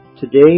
Today